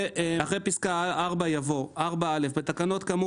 (ב)אחרי פסקה (4) יבוא: "(4א) בתקנות כאמור